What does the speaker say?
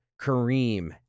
Kareem